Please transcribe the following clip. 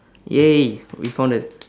!yay! we found the